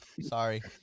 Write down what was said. Sorry